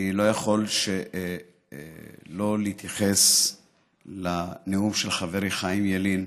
אני לא יכול שלא להתייחס לנאום של חברי חיים ילין.